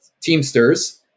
Teamsters